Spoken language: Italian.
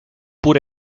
pur